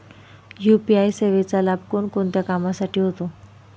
UPI सेवेचा लाभ कोणकोणत्या कामासाठी होतो?